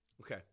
Okay